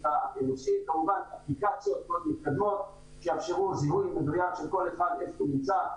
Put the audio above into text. --- כמובן אפליקציות שיאפשרו לציבור לדעת כל אחד איפה הוא נמצא,